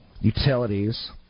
utilities